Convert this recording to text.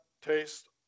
taste